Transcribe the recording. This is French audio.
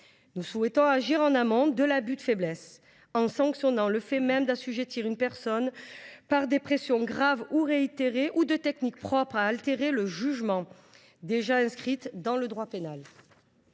Nous souhaitons agir en amont de l’abus de faiblesse, en sanctionnant le fait même d’assujettir une personne par des pressions graves ou réitérées, ou par des techniques propres à altérer le jugement, lesquelles figurent déjà dans le droit pénal.